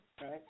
right